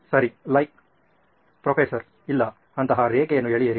like professor ಇಲ್ಲ ಅಂತಹ ರೇಖೆಯನ್ನು ಎಳೆಯಿರಿ